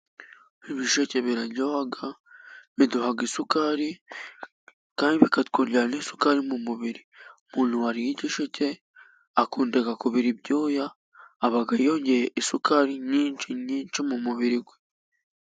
Ibisheke biraryoha biduha isukari kandi bikatwongera n'isukari mu mubiri, umuntu wariye igisheke akunda kubira ibyuya, aba yongeye isukari nyinshi nyinshi mu mubiri we.